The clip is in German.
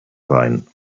wein